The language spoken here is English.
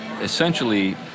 essentially